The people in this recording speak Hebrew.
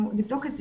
אנחנו נבדוק את זה.